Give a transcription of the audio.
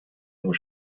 nur